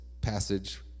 passage